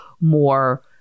more